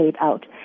out